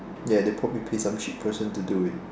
ya they probably pay some cheap person to do it